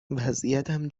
وضعیتم